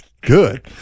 good